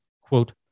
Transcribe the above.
Quote